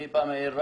אני בא מהעיר רהט,